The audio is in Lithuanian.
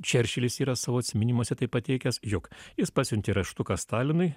čerčilis yra savo atsiminimuose tai pateikęs jog jis pasiuntė raštuką stalinui